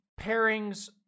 pairings